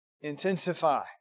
intensify